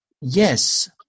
Yes